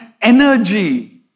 energy